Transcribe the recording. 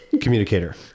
communicator